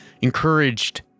encouraged